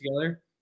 together